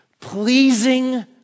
Pleasing